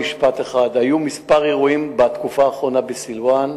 במשפט אחד: בתקופה האחרונה היו כמה אירועים בסילואן,